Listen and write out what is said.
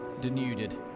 denuded